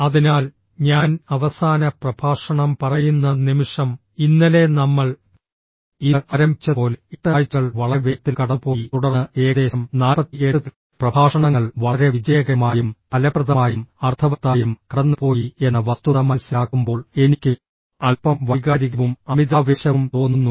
അതിനാൽ ഞാൻ അവസാന പ്രഭാഷണം പറയുന്ന നിമിഷം ഇന്നലെ നമ്മൾ ഇത് ആരംഭിച്ചതുപോലെ 8 ആഴ്ചകൾ വളരെ വേഗത്തിൽ കടന്നുപോയി തുടർന്ന് ഏകദേശം 48 പ്രഭാഷണങ്ങൾ വളരെ വിജയകരമായും ഫലപ്രദമായും അർത്ഥവത്തായും കടന്നുപോയി എന്ന വസ്തുത മനസ്സിലാക്കുമ്പോൾ എനിക്ക് അൽപ്പം വൈകാരികവും അമിതാവേശവും തോന്നുന്നു